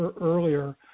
earlier